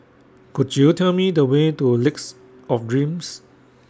Could YOU Tell Me The Way to Lakes of Dreams